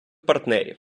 партнерів